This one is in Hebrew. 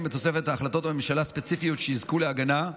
בתוספת החלטות ממשלה ספציפיות שיזכו להגנה.